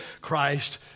Christ